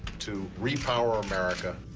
to re-power america.